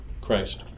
Christ